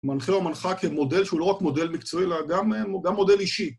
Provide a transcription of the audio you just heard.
מנחה או מנחה כמודל שהוא לא רק מודל מקצועי, אלא גם מודל אישי.